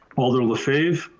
alder lefebvre.